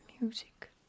music